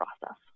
process